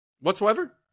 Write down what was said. whatsoever